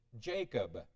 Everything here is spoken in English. Jacob